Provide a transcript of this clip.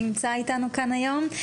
נמצא איתנו כאן היום,